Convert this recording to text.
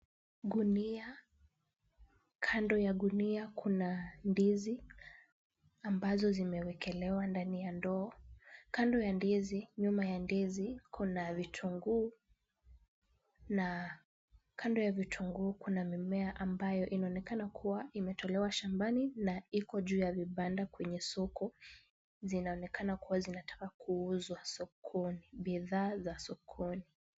Gunia, kando ya gunia kuna ndizi ambazo zimewekelewa ndani ya ndoo. Kando ya ndizi, nyuma ya ndizi kuna vitunguu, na kando ya vitunguu kuna mimea ambayo inaonekana kuwa imetolewa shambani na iko juu ya vibanda kwenye soko. Zinaonekana kuwa zinataka kuuzwa sokoni, bidhaa za sokoni.